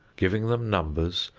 giving them numbers,